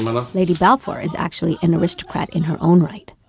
my love? lady balfour is actually an aristocrat in her own right.